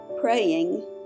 praying